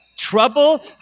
Trouble